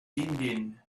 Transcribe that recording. din